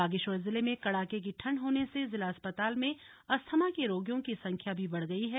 बागेश्वर जिले में कड़ाके की ठंड होने से जिला अस्पताल में अस्थमा के रोगियों की संख्या भी बढ़ गई है